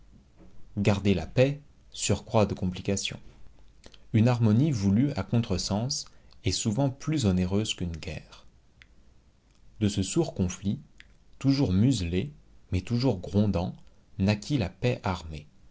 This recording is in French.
garder la paix surcroît de complication une harmonie voulue à contre-sens est souvent plus onéreuse qu'une guerre de ce sourd conflit toujours muselé mais toujours grondant naquit la paix armée